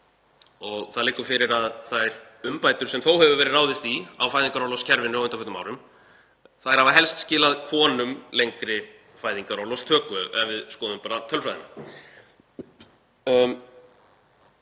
og það liggur fyrir að þær umbætur sem þó hefur verið ráðist í á fæðingarorlofskerfinu á undanförnum árum hafa helst skilað konum lengri fæðingarorlofstöku, ef við skoðum bara tölfræðina.